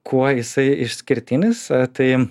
kuo jisai išskirtinis tai